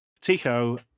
tico